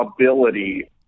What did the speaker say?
ability